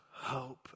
hope